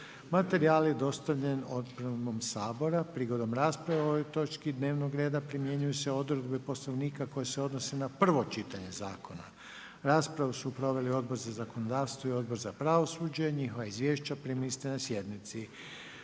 Materijal je dostavljen otpremom Sabora. Prigodom rasprave o ovoj točki dnevnog reda, primjenjuju se odredbe Poslovnika koji se odnosi na prvo čitanje zakona. Raspravu su proveli Odbor za zakonodavstvo i Odbor za pravosuđe, njihova izvješća primili ste na sjednici.